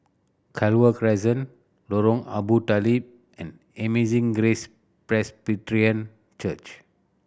Clover Crescent Lorong Abu Talib and Amazing Grace Presbyterian Church